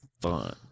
Fun